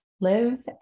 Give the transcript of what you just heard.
Live